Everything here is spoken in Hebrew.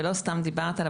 ולא סתם דיברת עליו,